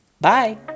Bye